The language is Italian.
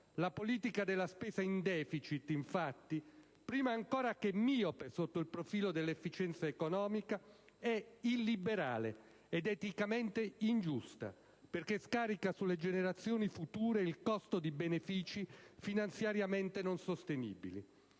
La politica della spesa in deficit, infatti, prima ancora che miope sotto il profilo dell'efficienza economica, è illiberale ed eticamente ingiusta, perché scarica sulle generazioni future il costo di benefici finanziariamente non sostenibili.